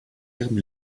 ihrem